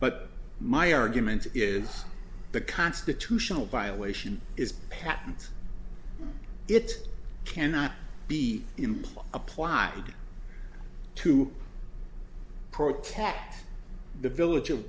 but my argument is the constitutional violation is patent it cannot be implied applied to protect the village